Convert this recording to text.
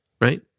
Right